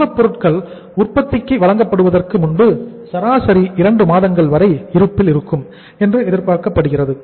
மூலப் பொருட்கள் உற்பத்திக்கு வழங்கப்படுவதற்கு முன்பு சராசரியாக 2 மாதங்கள் வரை இருப்பில் இருக்கும் என்று எதிர்பார்க்கப்படுகிறது